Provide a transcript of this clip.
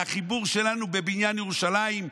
מהחיבור שלנו בבניין ירושלים,